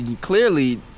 clearly